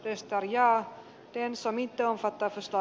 jos tarjoatteensa mitta on satasesta